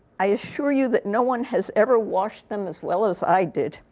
i assure you that no one has ever washed them as well as i did.